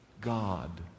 God